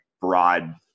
broad